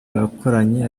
bakoranye